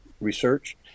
research